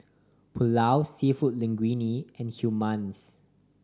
Pulao Seafood Linguine and Hummus